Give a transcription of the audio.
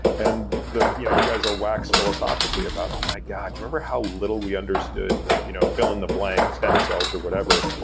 and you know you guys will wax philosophically about, oh my god. you remember how little we understood, you know fill in the blank, stem cells, or whatever,